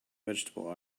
vegetable